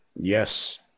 Yes